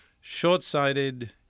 short-sighted